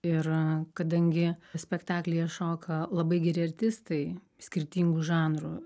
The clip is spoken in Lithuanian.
yra kadangi spektaklyje šoka labai geri artistai skirtingų žanrų